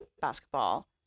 basketball